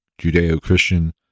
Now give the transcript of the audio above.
Judeo-Christian